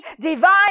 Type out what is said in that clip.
divine